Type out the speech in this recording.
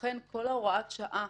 לכן, כל העניין של הוראת שעה